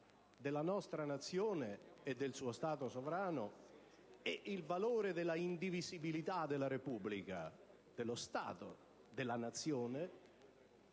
della nostra Nazione e del suo Stato sovrano e il valore dell'indivisibilità della Repubblica, dello Stato, della Nazione,